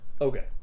Okay